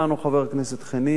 חבר הכנסת חנין,